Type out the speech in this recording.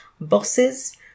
bosses